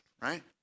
right